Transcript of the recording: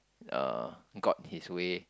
uh got his way